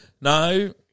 No